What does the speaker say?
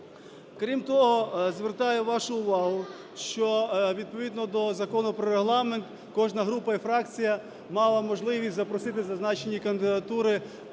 Крім того, звертаю вашу вагу, що відповідно до Закону про Регламент, кожна група і фракція мала можливість запросити зазначені кандидатури